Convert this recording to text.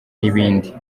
n’ibindi